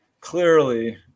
clearly